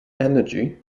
energy